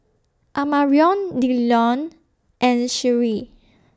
Amarion Dillon and Sheree